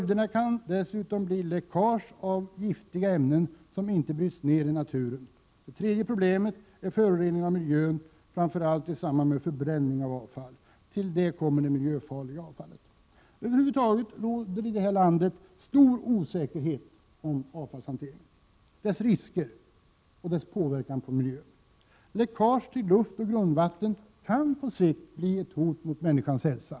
Dessutom kan det bli läckage av giftiga ämnen, som inte bryts ned i naturen. Det tredje problemet är föroreningen av miljön, framför allt i samband med förbränning av avfall. Till detta kommer det miljöfarliga avfallet. Över huvud taget råder det i vårt land stor osäkerhet om avfallshanteringen, om riskerna med denna och om avfallshanteringens påverkan på miljön. Läckaget till luft och grundvatten kan på sikt bli ett hot mot människans hälsa.